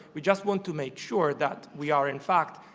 we just want to make sure that we are, in fact,